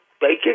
Bacon